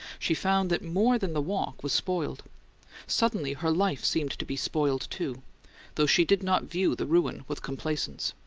she found that more than the walk was spoiled suddenly her life seemed to be spoiled, too though she did not view the ruin with complaisance.